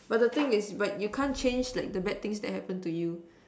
but the thing is but you can't change like the bad things that happen to you